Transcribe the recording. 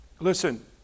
Listen